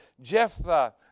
Jephthah